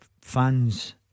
fans